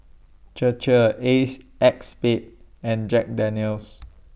Chir Chir Ace X Spade and Jack Daniel's